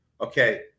Okay